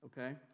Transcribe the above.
okay